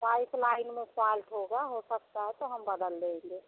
pipeline में fault होगा हो सकता है तो हम बदल देंगे